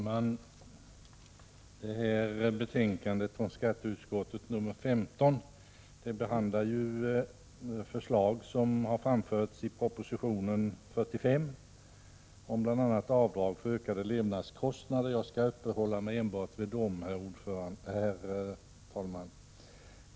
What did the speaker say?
Herr talman! Det här betänkandet från skatteutskottet, nr 15, behandlar förslag som har framförts i proposition 45 om bl.a. avdrag för ökade levnadskostnader. Jag skall uppehålla mig endast vid dem, herr talman.